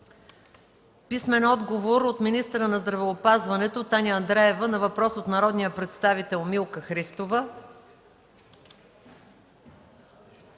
Деян Дечев; - министъра на здравеопазването Таня Андреева на въпрос от народния представител Милка Христова;